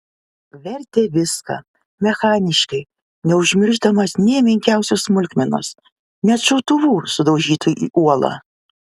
vertė viską mechaniškai neužmiršdamas nė menkiausios smulkmenos net šautuvų sudaužytų į uolą